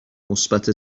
مثبت